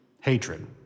hatred